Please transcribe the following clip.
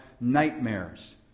nightmares